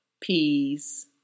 peas